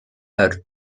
earth